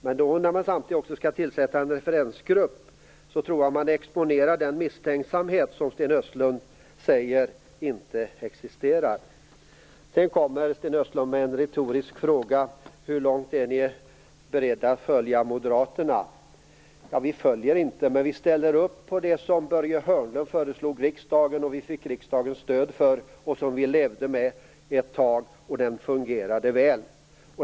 Men när man samtidigt skall tillsätta en referensgrupp tror jag att man exponerar den misstänksamhet som Sten Östlund säger inte existerar. Sedan kommer Sten Östlund med en retorisk fråga: Hur långt är ni beredda att följa Moderaterna? Vi följer inte, men vi ställer upp på det som Börje Hörnlund föreslog riksdagen, det som vi fick riksdagens stöd för och som vi levde med ett tag. Det fungerade väl.